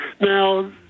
Now